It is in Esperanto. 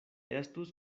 estus